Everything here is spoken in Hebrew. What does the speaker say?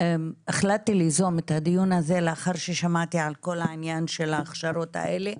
שהחלטתי ליזום את הדיון הזה לאחר ששמעתי על כל העניין של ההכשרות האלה.